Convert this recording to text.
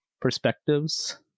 perspectives